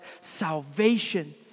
Salvation